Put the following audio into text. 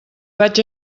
vaig